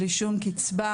בלי שום קצבה,